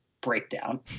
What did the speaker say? breakdown